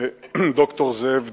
ד"ר זאב דגני,